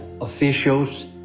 officials